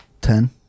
Ten